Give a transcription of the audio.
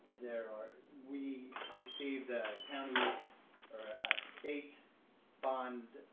there are we received a county or a state bond